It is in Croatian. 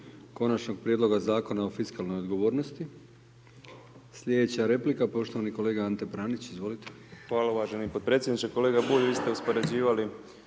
Konačnog prijedloga zakona o fiskalnoj odgovornosti. Sljedeća replika poštovani kolega Ante Pranić, izvolite. **Pranić, Ante (NLM)** Hvala uvaženi potpredsjedniče. Kolega Bulj vi ste uspoređivali